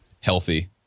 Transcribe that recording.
healthy